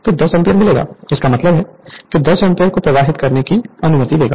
तो 10 एम्पियर मिलेगा इसका मतलब है कि 10 एम्पियर को प्रवाहित करने की अनुमति देगा